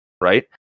right